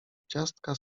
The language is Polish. ciastka